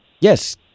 Yes